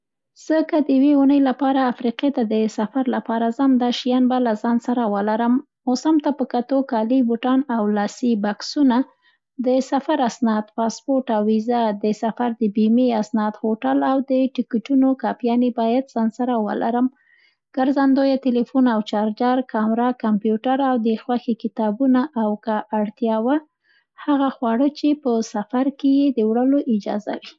زه که د یوې اوونۍ لپاره افریقې ته د سفر لپاره ځم، دا شیان به ځان سره ولرم. موسم ته په کتو کالي، بوټان او لاسي بکسونه به وړم. د سفر اسناد، پاسپورټ او ویزه، د سفر د بیمې اسناد، هوټل او د ټکټونو کاپيانې باید ځان له سره ولرم. ګرځنده تلیفون او چارجر، کامره ، کمپیوټر او د خوښې کتابونه او که اړتیا وه هغه خواړه چي سفر کې یې د وړلو اجازه وي.